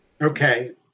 Okay